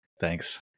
Thanks